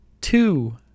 two